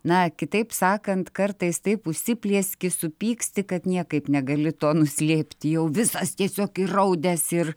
na kitaip sakant kartais taip užsiplieskei supyksti kad niekaip negali to nuslėpti jau visas tiesiog įraudęs ir